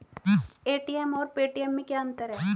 ATM और Paytm में क्या अंतर है?